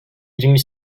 yirmi